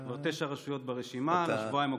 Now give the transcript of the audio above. כבר תשע רשויות ברשימה בשבועיים הקרובים.